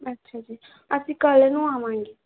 ਅੱਛਾ ਜੀ ਅਸੀਂ ਕੱਲ੍ਹ ਨੂੰ ਆਵਾਂਗੇ